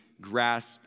grasp